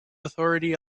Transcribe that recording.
authority